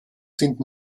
sind